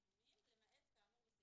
אז זה כן חלק מהנוסח?